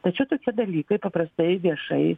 tačiau tokie dalykai paprastai viešai